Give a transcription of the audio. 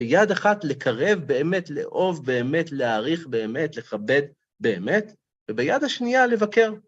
ביד אחת לקרב באמת, לאהוב באמת, להעריך באמת, לכבד באמת; וביד השנייה - לבקר.